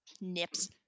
nips